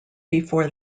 before